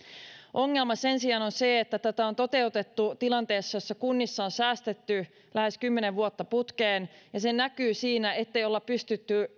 ongelma sen sijaan on se että tätä on toteutettu tilanteessa jossa kunnissa on säästetty lähes kymmenen vuotta putkeen ja se näkyy siinä ettei olla pystytty